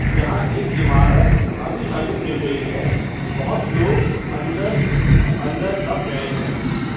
یہاں ایک عمارت ابھی ابھی گر گئی ہے بہت لوگ اندر اندر دب گئے ہیں